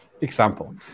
example